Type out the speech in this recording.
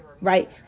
right